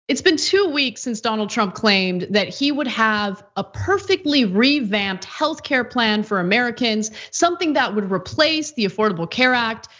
it's been two weeks since donald trump claimed that he would have a perfectly revamped health care plan for americans. something that would replace the affordable care act,